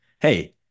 Hey